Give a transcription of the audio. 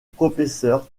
professeur